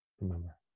remember